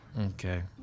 okay